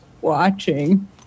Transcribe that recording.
watching